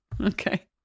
Okay